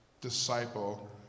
disciple